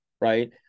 right